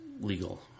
legal